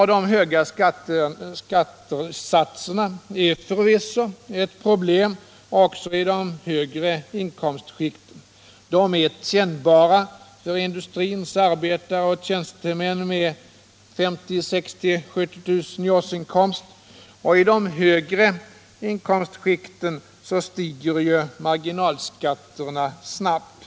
De höga skattesatserna är förvisso ett problem också i de högre inkomstskikten. De är kännbara för industriarbetare och tjänstemän med 50 000, 60 000 eller 70 000 kronors årsinkomst. I de högre inkomstskikten stiger marginalskatterna snabbt.